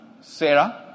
Sarah